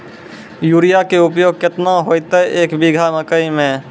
Urea के उपयोग केतना होइतै, एक बीघा मकई मे?